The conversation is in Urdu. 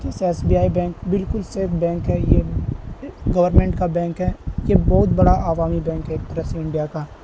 جیسے ایس بی آئی بینک بالکل سیف بینک ہے یہ گورنمنٹ کا بینک ہے یہ بہت بڑا عوامی بینک ہے ایک طرح سے انڈیا کا